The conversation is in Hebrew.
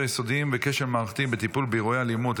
יסודיים וכשל מערכתי בטיפול באירועי אלימות.